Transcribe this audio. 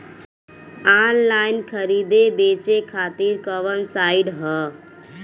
Online खरीदे बेचे खातिर कवन साइड ह?